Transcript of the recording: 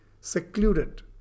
secluded